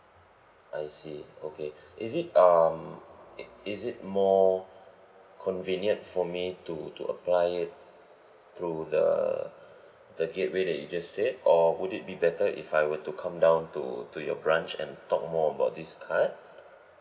I see okay is it um is it more convenient for me to to apply it through the the gateway that you just said or would it be better if I were to come down to to your branch and talk more about this card